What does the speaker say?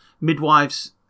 midwives